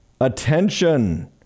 attention